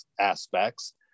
aspects